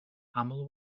aml